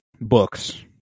books